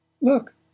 Look